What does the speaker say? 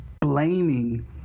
blaming